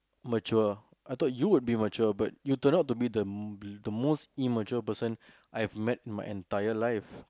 mature I thought you would be mature but you turned out to be the m~ the most immature person I've met in my entire life